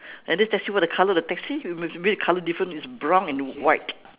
and this taxi what the colour of the taxi maybe the colour different is brown and white